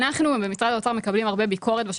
אנחנו במשרד האוצר בשנים האחרונות מקבלים הרבה ביקורת.